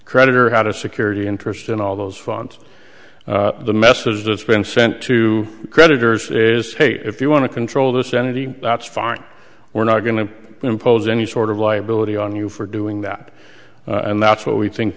creditor had a security interest in all those funds the message that's been sent to creditors is hey if you want to control the sanity that's fine we're not going to impose any sort of liability on you for doing that and that's what we think